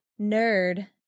nerd